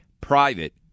Private